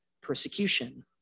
persecution